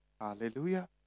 Hallelujah